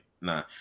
nah